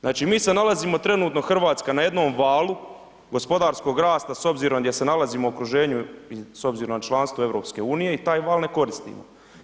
Znači mi se nalazimo trenutno Hrvatska na jednom valu gospodarskog rasta s obzirom gdje se nalazimo u okruženju i s obzirom na članstvo EU i taj val ne koristimo.